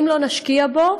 אם לא נשקיע בו,